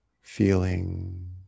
feeling